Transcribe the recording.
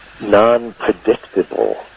non-predictable